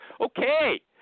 Okay